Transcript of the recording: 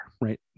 right